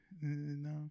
No